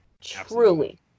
Truly